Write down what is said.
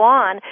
on